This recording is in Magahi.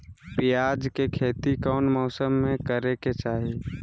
प्याज के खेती कौन मौसम में करे के चाही?